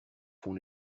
font